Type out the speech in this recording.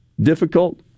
difficult